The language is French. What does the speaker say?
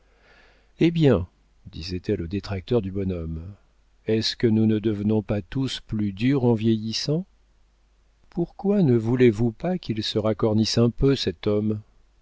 eh bien disait-elle aux détracteurs du bonhomme est-ce que nous ne devenons pas tous plus durs en vieillissant pourquoi ne voulez-vous pas qu'il se racornisse un peu cet homme